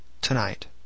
Tonight